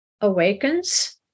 awakens